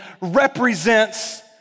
represents